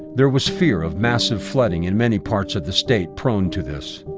there was fear of massive flooding in many parts of the state prone to this.